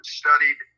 studied